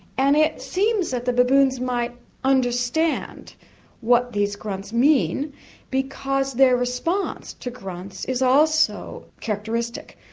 and it seems that the baboons might understand what these grunts mean because their response to grunts is also characteristic.